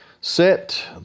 Set